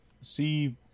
see